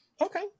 Okay